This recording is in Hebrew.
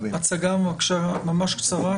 הצגה ממש קצרה,